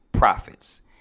profits